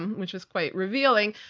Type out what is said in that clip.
and which was quite revealing,